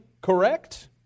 correct